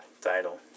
title